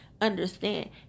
understand